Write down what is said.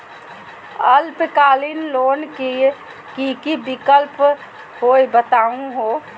अल्पकालिक लोन के कि कि विक्लप हई बताहु हो?